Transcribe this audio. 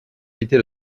quitter